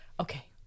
Okay